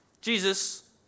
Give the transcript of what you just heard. Jesus